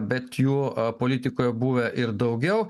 bet jų politikoj buvę ir daugiau